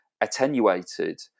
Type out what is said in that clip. attenuated